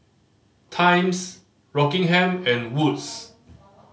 Times Rockingham and Wood's